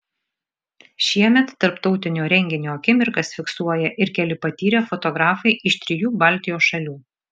šiemet tarptautinio renginio akimirkas fiksuoja ir keli patyrę fotografai iš trijų baltijos šalių